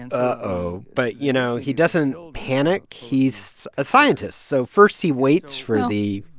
and ah oh. but, you know, he doesn't panic. he's a scientist. so first, he waits for the.